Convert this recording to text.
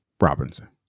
Robinson